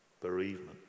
bereavement